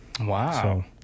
Wow